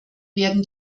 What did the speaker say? werden